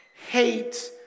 hate